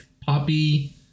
Poppy